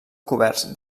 coberts